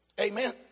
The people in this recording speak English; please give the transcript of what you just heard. Amen